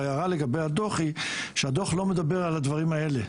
הדוח לא מדבר על הדברים האלה.